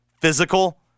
physical